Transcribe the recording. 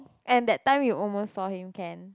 and that time you almost saw him can